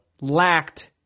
lacked